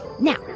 now,